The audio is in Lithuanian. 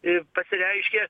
i pasireiškia